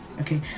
okay